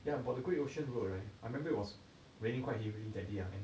ya about the great ocean road ah I remember it was raining quite heavily that day ah and